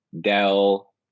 Dell